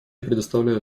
предоставляю